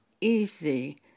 easy